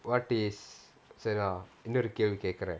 what is இன்னொரு கேள்வி கேக்குறேன்:innoru kelvi kekkuraen